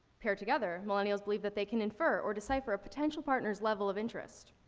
paired together, millennials believe that they can infer or decipher a potential partner's level of interest.